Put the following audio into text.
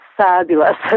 Fabulous